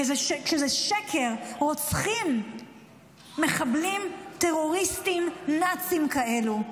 כי זה שקר רוצחים מחבלים טרוריסטים נאצים כאלו?